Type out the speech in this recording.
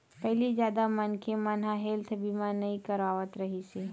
पहिली जादा मनखे मन ह हेल्थ बीमा नइ करवात रिहिस हे